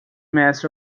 mess